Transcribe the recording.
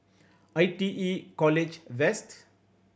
I T E College West